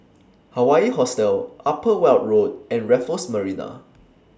Hawaii Hostel Upper Weld Road and Raffles Marina